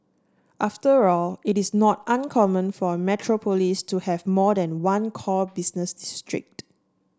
after all it is not uncommon for a metropolis to have more than one core business district